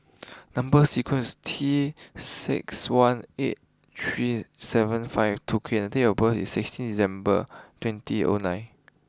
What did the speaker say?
number sequence T six one eight three seven five two K and date of birth is sixteen December twenty O nine